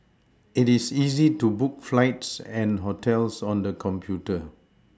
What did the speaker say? it is easy to book flights and hotels on the computer